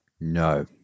No